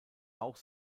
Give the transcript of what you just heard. auch